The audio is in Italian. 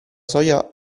soglia